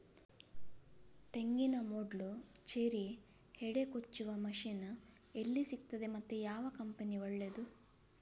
ತೆಂಗಿನ ಮೊಡ್ಲು, ಚೇರಿ, ಹೆಡೆ ಕೊಚ್ಚುವ ಮಷೀನ್ ಎಲ್ಲಿ ಸಿಕ್ತಾದೆ ಮತ್ತೆ ಯಾವ ಕಂಪನಿ ಒಳ್ಳೆದು?